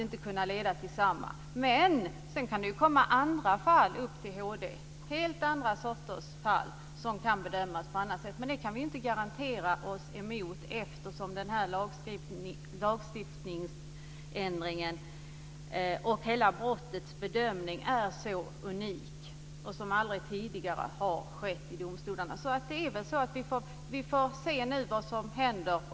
Sedan kan det komma fram helt andra sorters fall till HD som kan bedömas på annat sätt, men det kan vi inte gardera oss emot eftersom denna lagstiftningsändring och hela brottsbedömningen är så unika. Det är något helt nytt för domstolarna. Vi får väl se nu vad som händer.